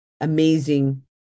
amazing